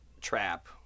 trap